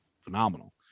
Phenomenal